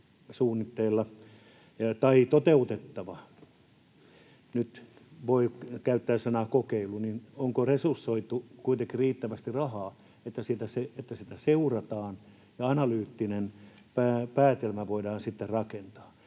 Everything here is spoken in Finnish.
vuodeksi toteutettava, nyt voi käyttää sanaa kokeilu: onko resursoitu kuitenkin riittävästi rahaa, että sitä seurataan ja analyyttinen päätelmä voidaan sitten rakentaa?